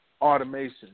automation